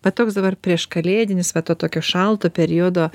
va toks dabar prieš kalėdinis va to tokio šalto periodo